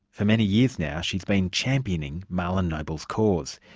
for many years now she's been championing marlon noble's cause.